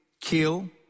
kill